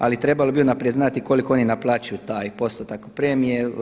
Ali trebali bi unaprijed znati koliko oni naplaćuju taj postotak premije.